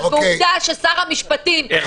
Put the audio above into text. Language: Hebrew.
איך